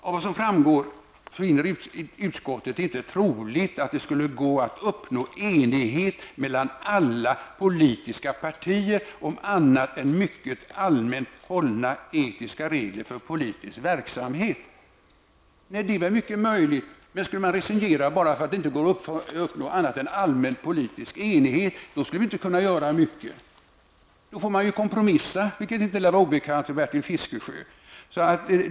Av vad som anförts framgår att utskottet inte finner det troligt att det skulle gå att uppnå enighet mellan alla politiska partier om annat än mycket allmänt hållna etiska regler för politisk verksamhet.'' Det är mycket möjligt, men skulle vi resignera bara därför att det inte går att uppnå annat än allmän politisk enighet, skulle vi inte kunna göra mycket. Då får man kompromissa, vilket inte lär vara obekant för Bertil Fiskesjö.